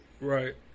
Right